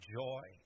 joy